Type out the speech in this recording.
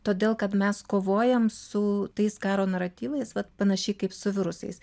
todėl kad mes kovojam su tais karo naratyvais vat panašiai kaip su virusais